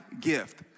gift